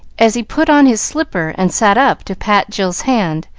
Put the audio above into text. as he put on his slipper and sat up to pat jill's hand,